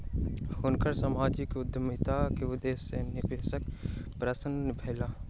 हुनकर सामाजिक उद्यमिता के उदेश्य सॅ निवेशक प्रसन्न भेला